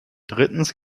drittens